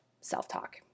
self-talk